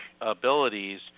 abilities